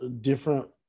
different